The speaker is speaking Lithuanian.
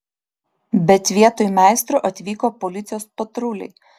bet vietoj meistro atvyko policijos patruliai